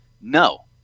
no